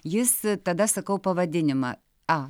jis tada sakau pavadinimą a